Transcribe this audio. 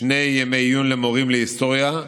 שני ימי עיון למורים להיסטוריה,